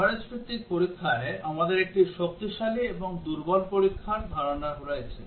coverage ভিত্তিক পরীক্ষায় আমাদের একটি শক্তিশালী এবং দুর্বল পরীক্ষার ধারণা রয়েছে